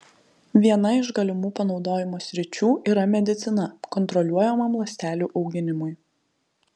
viena iš galimų panaudojimo sričių yra medicina kontroliuojamam ląstelių auginimui